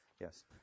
Yes